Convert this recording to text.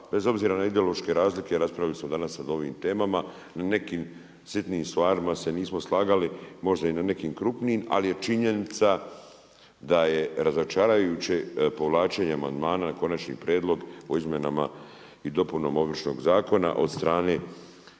bez obzira na ideološke razlike raspravili smo danas o ovim temama. U nekim sitnim stvarima se nismo slagali, možda i na nekim krupnijim, ali je činjenica da je razočaravajuće povlačenje amandmana na Konačni prijedlog o Izmjenama i dopunama Ovršnog zakona od strane